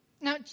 Now